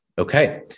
Okay